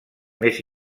més